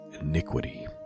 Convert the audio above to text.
iniquity